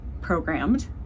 programmed